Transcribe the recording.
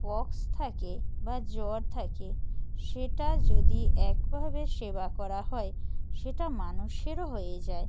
pox থাকে বা জ্বর থাকে সেটা যদি একভাবে সেবা করা হয় সেটা মানুষেরও হয়ে যায়